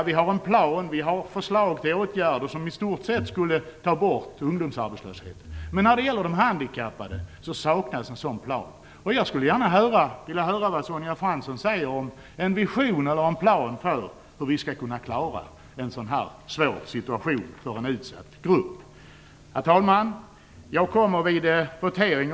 Vi har en plan och förslag till åtgärder som skulle innebära att vi i stort sett fick bort ungdomsarbetslösheten. Men när det gäller de handikappade saknas en sådan plan. Jag skulle gärna vilja höra vad Sonja Fransson säger om en vision eller en plan för hur vi skall kunna klara en sådan svår situation för en utsatt grupp. Herr talman!